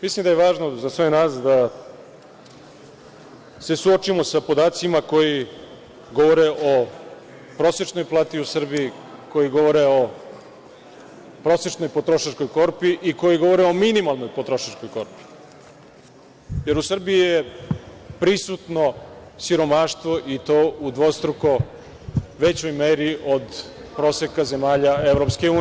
Mislim da je važno za sve nas da se suočimo sa podacima koji govore o prosečnoj plati u Srbiji, koji govore o prosečnoj potrošačkoj korpi i koji govore o minimalnoj potrošačkoj korpi, jer u Srbiji je prisutno siromaštvo i to u dvostruko većoj meri od proseka zemalja EU.